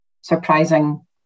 surprising